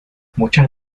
muchas